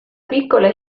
piccola